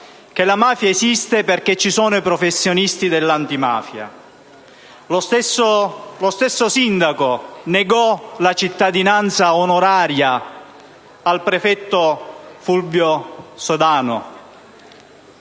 «La mafia esiste perché ci sono i professionisti dell'antimafia». Lo stesso sindaco negò la cittadinanza onoraria al prefetto Fulvio Sodano.